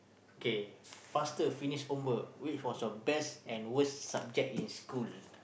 kay faster finish homework what was your best and worst subject in school